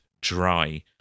dry